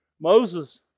Moses